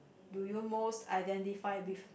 do you most identify with